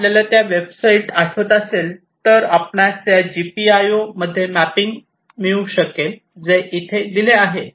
जर आपल्याला त्या वेबसाइटवर आठवत असेल तर आपणास या GPIO मध्ये मॅपिंग मिळू शकेल जे येथे दिले आहेत